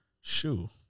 shoe